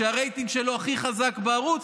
שהרייטינג שלו הכי חזק בערוץ,